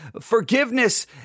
forgiveness